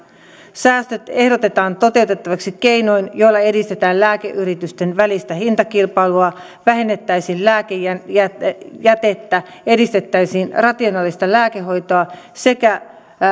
säästöt ehdotetaan toteutettaviksi keinoin joilla edistettäisiin lääkeyritysten välistä hintakilpailua vähennettäisiin lääkejätettä edistettäisiin rationaalista lääkehoitoa sekä